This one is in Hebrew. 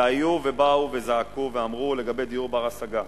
היו ובאו וזעקו ואמרו לגבי דיור בר-השגה.